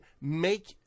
make